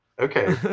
Okay